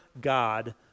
God